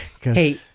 Hey